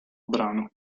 brano